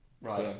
Right